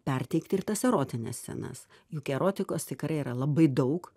perteikti ir tas erotines scenas juk erotikos tikrai yra labai daug